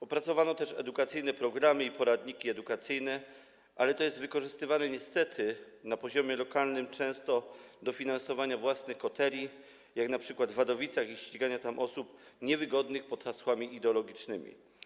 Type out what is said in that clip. Opracowano też edukacyjne programy i poradniki edukacyjne, ale to jest wykorzystywane niestety na poziomie lokalnym często do finansowania własnych koterii, jak np. w Wadowicach, i ścigania tam osób niewygodnych pod hasłami ideologicznymi.